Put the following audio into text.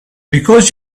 because